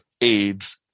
AIDS